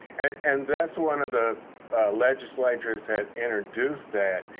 and that's one of the legislators have introduced that.